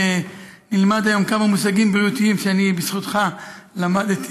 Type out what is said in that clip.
נלמד היום כמה מושגים בריאותיים שבזכותך למדתי.